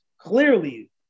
clearly